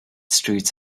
streets